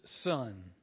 son